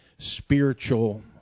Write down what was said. spiritual